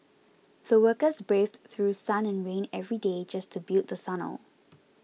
the workers braved through sun and rain every day just to build the tunnel